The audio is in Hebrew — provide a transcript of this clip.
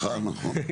נכון.